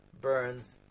burns